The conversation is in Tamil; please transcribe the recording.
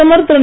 பிரதமர் திரு